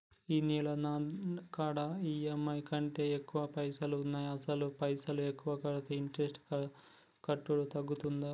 ఈ నెల నా కాడా ఈ.ఎమ్.ఐ కంటే ఎక్కువ పైసల్ ఉన్నాయి అసలు పైసల్ ఎక్కువ కడితే ఇంట్రెస్ట్ కట్టుడు తగ్గుతదా?